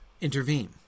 intervene